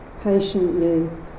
patiently